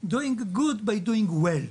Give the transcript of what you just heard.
doing good by doing well,